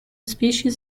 species